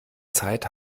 zeit